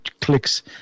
clicks